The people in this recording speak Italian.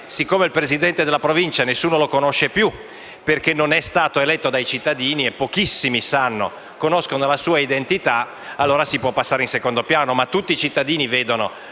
più il Presidente della Provincia perché non è stato eletto dai cittadini (e pochissimi conoscono la sua identità), allora si può passare in secondo piano.